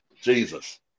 Jesus